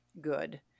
good